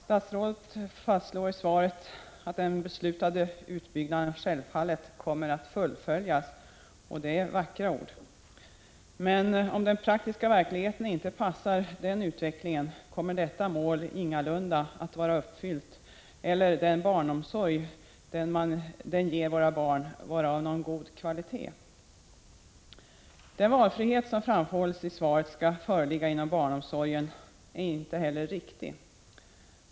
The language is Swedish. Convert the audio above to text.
Statsrådet fastslår i svaret att den beslutade utbyggnaden självfallet kommer att fullföljas, och det är vackra ord. Men om den praktiska verkligheten inte passar den utvecklingen, kommer detta mål ingalunda att vara uppfyllt och den barnomsorg den ger våra barn inte att vara av god kvalitet. Det som framhålls i svaret om den valfrihet som skall föreligga inom barnomsorgen är inte heller riktigt.